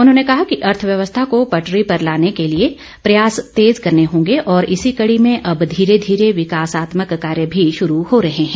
उन्होंने कहा कि अर्थव्यवस्था को पटरी पर लाने के लिए प्रयास तेज करने होंगे और इसी कड़ी में अब धीरे घीरे विकासात्मक कार्य भी शुरू हो रहे हैं